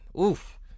oof